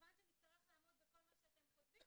כמובן שנצטרך לעמוד בכל מה שאתם קובעים,